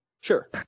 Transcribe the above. Sure